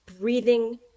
breathing